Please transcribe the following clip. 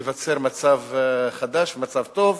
ייווצר מצב חדש, מצב טוב,